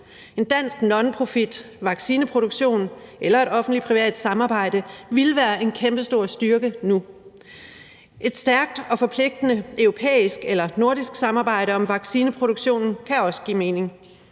En dansk nonprofitvaccineproduktion eller et offentlig-privat samarbejde ville være en kæmpestor styrke nu. Et stærkt og forpligtende europæisk eller nordisk samarbejde om vaccineproduktionen kan også give mening.